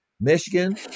Michigan